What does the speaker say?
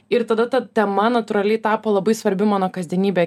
ir tada ta tema natūraliai tapo labai svarbi mano kasdienybė